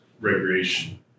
recreation